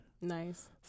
Nice